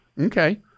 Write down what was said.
Okay